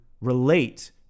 relate